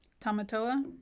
Tamatoa